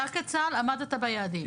אתה כצה"ל עמדת ביעדים.